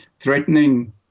threatening